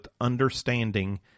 understanding